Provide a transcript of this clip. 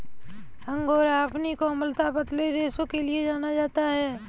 angora अपनी कोमलता, पतले रेशों के लिए जाना जाता है